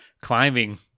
climbing